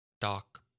Doc